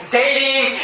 dating